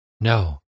No